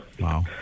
Wow